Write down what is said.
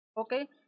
okay